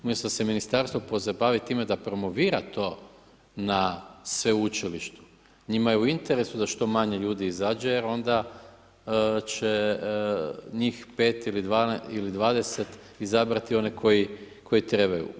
Umjesto da se ministarstvo pozabavi time da promovira to na sveučilištu, njima je u interesu da što manje ljudi izađe jer onda će njih 5 ili 20 izabrati one koji trebaju.